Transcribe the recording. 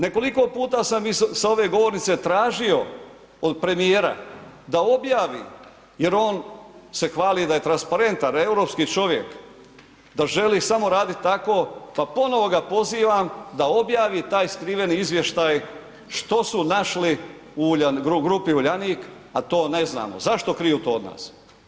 Nekoliko puta sam sa ove govornice tražio od premijera da objavi jer on se hvali da je transparentan europski čovjek, da želi samo raditi tako pa ponovno ga pozivam da objavi taj skriveni izvještaj što su našli u grupi Uljanik a to ne znamo, zašto kriju to od nas?